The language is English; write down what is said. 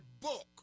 book